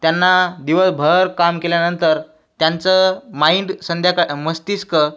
त्यांना दिवसभर काम केल्यानंतर त्यांचं माइंड संध्याका मस्तिष्क